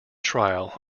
trial